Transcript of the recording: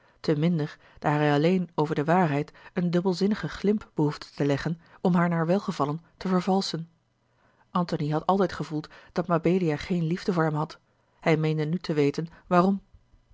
te minder daar hij alleen over de waarheid een dubbelzinnigen glimp behoefde te leggen om haar naar welgevallen te vervalschen antony had altijd gevoeld dat mabelia geen liefde voor hem had hij meende nu te weten waarom